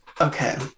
Okay